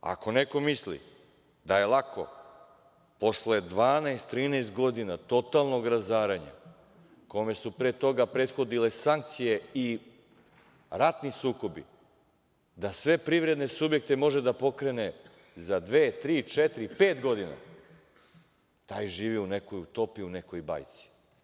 Ako neko misli da je lako posle 12, 13 godina totalnog razaranja kome su pre toga prethodile sankcije i ratni sukobi da sve privredne subjekte može da pokrene za dve, tri, četiri, pet godina, taj živi u nekoj utopiji u nekoj bajci.